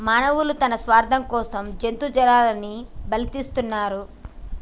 మానవులు తన స్వార్థం కోసం జంతు జాతులని బలితీస్తున్నరు